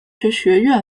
学院